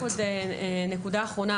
רק עוד נקודה אחרונה,